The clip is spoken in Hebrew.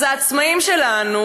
אז העצמאים שלנו,